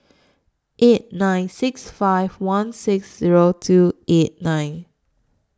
eight nine six five one six Zero two eight nine